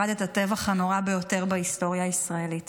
הטבח הנורא ביותר בהיסטוריה הישראלית?